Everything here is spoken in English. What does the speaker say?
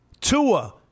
Tua